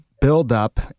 buildup